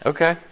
Okay